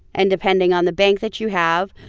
and depending on the bank that you have,